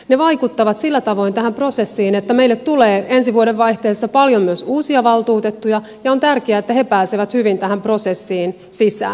ne vaikuttavat sillä tavoin tähän prosessiin että meille tulee ensi vuodenvaihteessa paljon myös uusia valtuutettuja ja on tärkeää että he pääsevät hyvin tähän prosessiin sisään